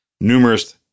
numerous